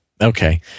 Okay